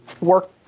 work